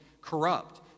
corrupt